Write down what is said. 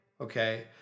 Okay